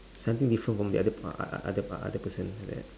something different from the other per~ uh other per~ other person